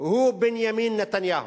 הוא בנימין נתניהו.